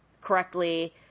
correctly